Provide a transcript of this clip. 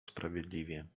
sprawiedliwie